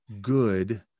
good